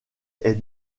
est